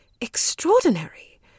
extraordinary